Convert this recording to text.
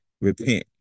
repent